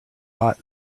hot